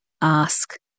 ask